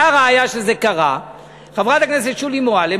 והראיה שזה קרה: חברת הכנסת שולי מועלם